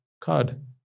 Card